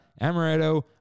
Amaretto